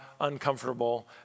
uncomfortable